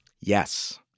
Yes